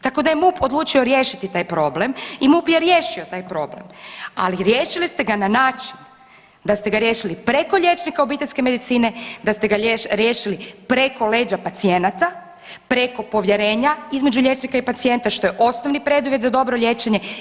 Tako da je MUP odlučio riješiti taj problem i MUP je riješio taj problem, ali riješili ste ga na način da ste ga riješili preko liječnika obiteljske medicine, da ste ga riješili preko leđa pacijenata, preko povjerenja između liječnika i pacijenta što je osnovni preduvjet za dobro liječenje.